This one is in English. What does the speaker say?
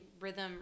rhythm